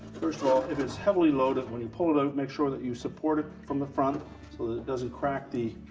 first of all, if it's heavily loaded when you pull it out make sure that you support it from the front, so it it doesn't crack the